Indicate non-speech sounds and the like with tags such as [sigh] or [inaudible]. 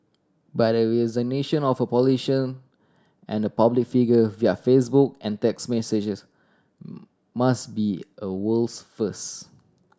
but a resignation of a politician and public figure via Facebook and text messages [noise] must be a world's first